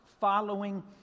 following